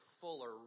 fuller